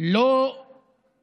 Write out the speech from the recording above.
זה לא